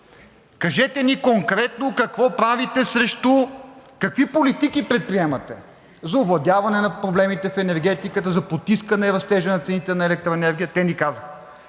кажете ни конкретно какви политики предприемате за овладяване на проблемите в енергетиката, за потискане растежа на цените на електроенергия, те ни казаха,